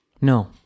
No